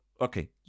Okay